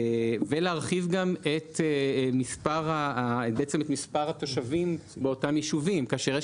ולהרחיב גם את מספר התושבים באותם יישובים כך שיש